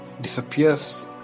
disappears